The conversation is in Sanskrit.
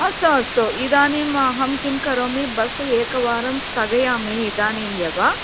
अस्तु अस्तु इदानीं अहं किं करोमि बस् एकवारं स्थगयामि इदानीं एव